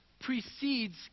precedes